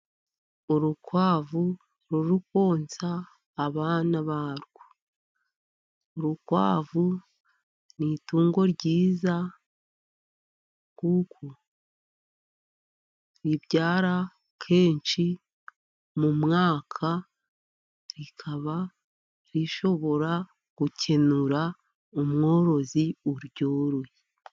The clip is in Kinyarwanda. Urukwavu ruri konsa abana barwo. Urukwavu ni itungo ryiza kuko ribyara kenshi mu mwaka. Rikaba rishobora gukenura umworozi uryoroye.